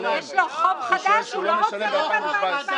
יש לו חוב חדש ------ הוא לא רוצה להגיש עוד פעם על אותו חוב.